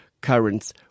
currents